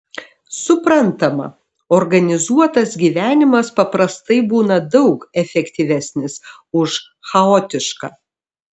suprantama organizuotas gyvenimas paprastai būna daug efektyvesnis už chaotišką